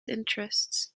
interests